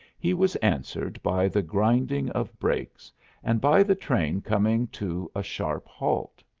he was answered by the grinding of brakes and by the train coming to a sharp halt.